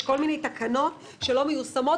יש כל מיני תקנות שלא מיושמות.